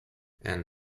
and